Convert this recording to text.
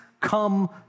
come